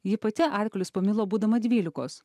ji pati arklius pamilo būdama dvylikos